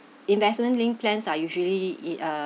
investment linked plans are usually it uh